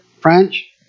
French